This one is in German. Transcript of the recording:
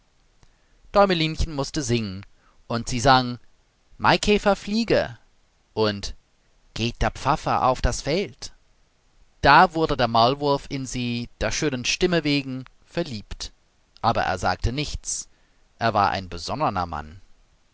däumelinchen mußte singen und sie sang maikäfer fliege und geht der pfaffe auf das feld da wurde der maulwurf in sie der schönen stimme wegen verliebt aber er sagte nichts er war ein besonnener mann